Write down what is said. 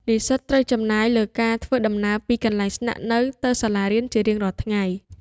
និស្សិតត្រូវចំណាយលើការធ្វើដំណើរពីកន្លែងស្នាក់នៅទៅសាលារៀនជារៀងរាល់ថ្ងៃ។